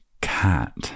cat